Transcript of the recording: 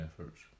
efforts